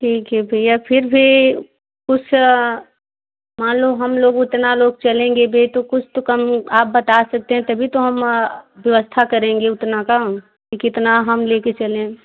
ठीक है भैया फिर भी कुछ मान लो हम लोग उतना लोग चलेंगे भी तो कुछ तो कम आप बता सकते हैं तभी तो हम व्यवस्था करेंगे उतना का कि कितना हम लेकर चलें